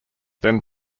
then